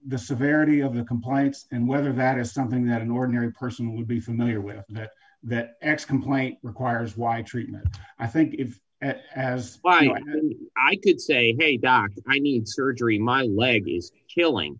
the severity of the compliance and whether that is something that an ordinary person would be familiar with that x complaint requires wide treatment i think if as i did say hey doc i need surgery my leg healing